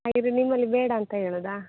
ಇದು ನಿಮ್ಮಲ್ಲಿ ಬೇಡ ಅಂತ ಹೇಳುದಾ